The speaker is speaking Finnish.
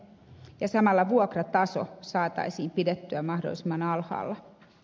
samalla vuokrataso saataisiin pidettyä mahdollisimman alhaalla